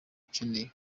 ukeneye